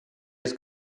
has